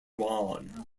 juan